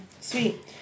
Sweet